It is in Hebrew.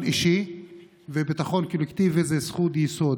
אישי וביטחון קולקטיבי הם זכות יסוד,